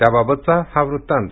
त्याबाबतचा हा वृत्तांत